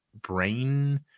brain